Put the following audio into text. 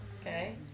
Okay